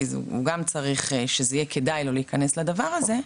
כי הוא גם צריך שזה יהיה כדאי לו להיכנס לדבר הזה,